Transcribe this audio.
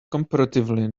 comparatively